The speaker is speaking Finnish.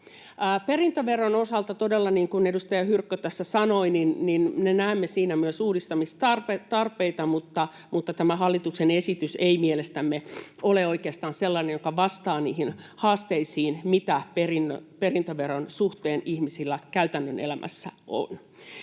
Perintöveron osalta todella, niin kuin edustaja Hyrkkö tässä sanoi, me näemme myös uudistamistarpeita, mutta tämä hallituksen esitys ei mielestämme ole oikeastaan sellainen, joka vastaa niihin haasteisiin, mitä perintöveron suhteen ihmisillä käytännön elämässä on.